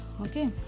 Okay